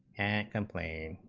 and complain